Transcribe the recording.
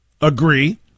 agree